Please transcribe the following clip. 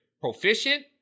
proficient